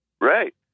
Right